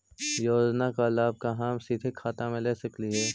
योजना का लाभ का हम सीधे खाता में ले सकली ही?